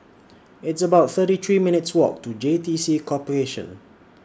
It's about thirty three minutes' Walk to J T C Corporation